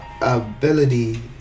ability